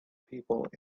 people